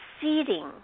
seeding